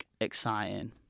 exciting